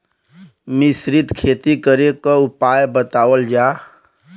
मिश्रित खेती करे क उपाय बतावल जा?